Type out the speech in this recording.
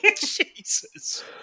Jesus